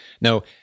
no